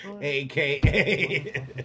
aka